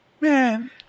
Man